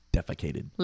Defecated